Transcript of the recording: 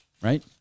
right